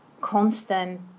constant